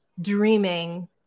dreaming